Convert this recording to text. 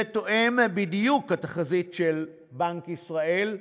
זה תואם בדיוק, התחזית של בנק ישראל,